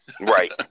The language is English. Right